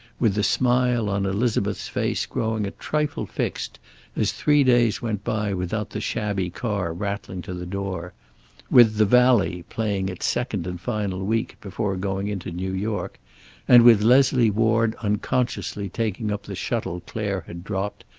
with the smile on elizabeth's face growing a trifle fixed as three days went by without the shabby car rattling to the door with the valley playing its second and final week before going into new york and with leslie ward unconsciously taking up the shuttle clare had dropped,